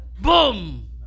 Boom